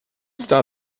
sein